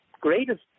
greatest